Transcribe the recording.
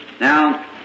now